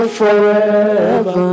forever